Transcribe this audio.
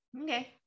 okay